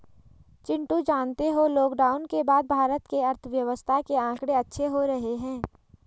चिंटू जानते हो लॉकडाउन के बाद भारत के अर्थव्यवस्था के आंकड़े अच्छे हो रहे हैं